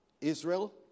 Israel